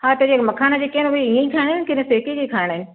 हा त इहे मखाना जेके आहिनि उहे इएं ई खाइणा आहिनि की न सेके करे खाइणा आहिनि